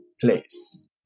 place